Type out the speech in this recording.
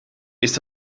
ist